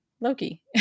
Loki